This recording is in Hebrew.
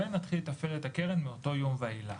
ונתחיל לתפעל את הקרן מאותו יום ואילך.